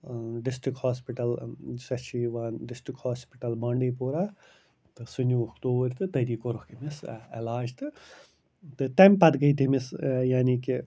district hospital یُس اَسہِ چھُ یِوان ڈسٹِرٛک ہاسپِٹل بانٛڈی پوٗرا تہٕ سُہ نیوٗکھ توٗرۍ تہٕ تٔتی کوٚرُکھ أمِس علاج تہٕ تَمہِ پتہٕ گٔے تٔمِس یعنی کہِ